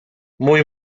mój